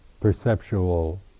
perceptual